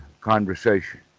conversation